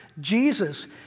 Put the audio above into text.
Jesus